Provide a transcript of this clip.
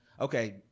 okay